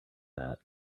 that